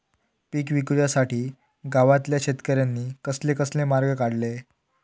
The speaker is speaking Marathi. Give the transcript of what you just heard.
पीक विकुच्यासाठी गावातल्या शेतकऱ्यांनी कसले कसले मार्ग काढले?